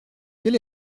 quel